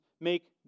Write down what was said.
make